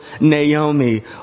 Naomi